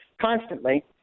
constantly